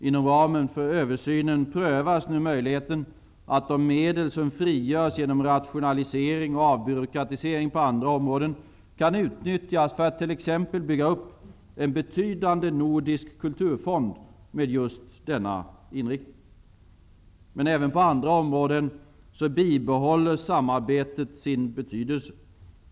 Inom ramen för översynen prövas nu möjligheten att de medel som frigörs genom rationalisering och avbyråkratisering på andra områden kan utnyttjas för att t.ex. bygga upp en betydande Nordisk Kulturfond med just denna inriktning. Men även på andra områden bibehåller det nordiska samarbetet sin betydelse.